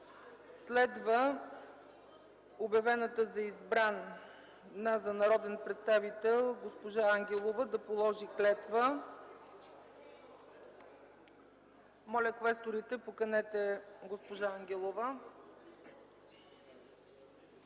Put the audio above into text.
Следва обявената за избрана за народен представител госпожа Ангелова да положи клетва. Моля, квесторите, поканете госпожа Ангелова.